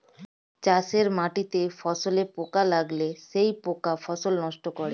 চাষের মাটিতে ফসলে পোকা লাগলে সেই পোকা ফসল নষ্ট করে